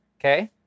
Okay